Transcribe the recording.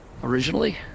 Originally